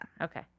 Okay